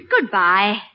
Goodbye